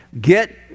Get